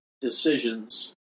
decisions